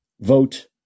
vote